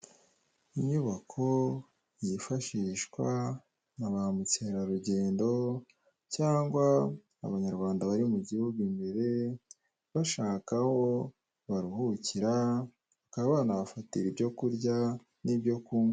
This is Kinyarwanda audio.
Inyubako yifashishwa na ba mukerarugendo cyangwa abanyarwanda bari mu gihugu imbere bashaka aho baruhukira bakana banahafatira ibyo kurya n'ibyo kunywa.